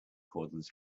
cordless